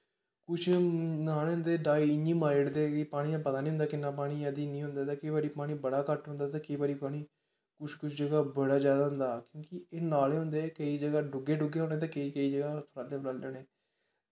कुश ञ्यानें डाईव इयां मारी ओड़दे पानी दा पता नी होंदा कि किन्नां पानी ऐ केंई बारी पानी बड़ा घट्ट होंदा ते केंई बारी पानी कुश कुश जगाह् पर बड़ा जादा होंदा क्योंकि एह् नाले होंदे केंई जगाह् डुग्गे डुग्गे ते केंई केंई जगाह् पद्दरे